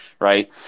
right